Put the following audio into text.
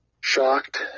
shocked